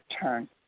turn